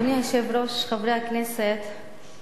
אדוני היושב-ראש, חברי הכנסת,